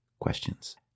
questions